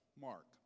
Mark